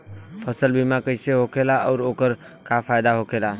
फसल बीमा कइसे होखेला आऊर ओकर का फाइदा होखेला?